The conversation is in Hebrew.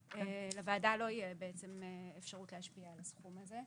לוועדה לא יהיה בעצם אפשרות להשפיע על הסכום הזה.